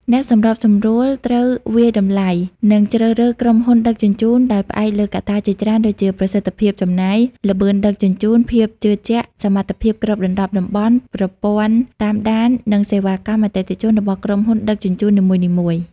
អ្នកសម្របសម្រួលត្រូវវាយតម្លៃ និងជ្រើសរើសក្រុមហ៊ុនដឹកជញ្ជូន ដោយផ្អែកលើកត្តាជាច្រើនដូចជា ប្រសិទ្ធភាពចំណាយ ល្បឿនដឹកជញ្ជូន ភាពជឿជាក់ សមត្ថភាពគ្របដណ្តប់តំបន់ ប្រព័ន្ធតាមដាន និងសេវាកម្មអតិថិជនរបស់ក្រុមហ៊ុនដឹកជញ្ជូននីមួយៗ។